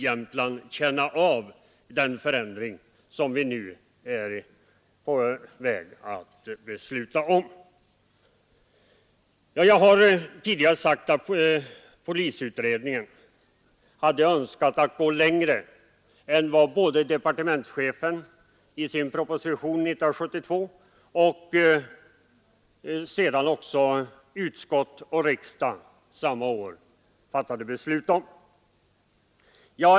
Jag har tidigare sagt att polisutredningen hade önskat gå längre än vad departementschefen föreslog i sin proposition år 1971 och utskottet och riksdagen år 1972 fattade beslut om.